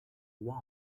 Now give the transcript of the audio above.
why